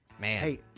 man